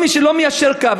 כל מי שלא מיישר קו,